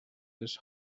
this